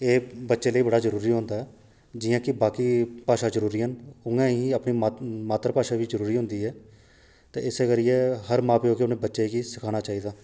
एह् बच्चे लेई बड़ा जरूरी होंदा ऐ जि'यां कि बाकी भाशां जरूरी न उ'आं गै अपनी मात्तर भाशा बी जरूरी ऐ ते इस्सै करियै हर मां प्यो गी अपने बच्चे गी सखाना चाहिदा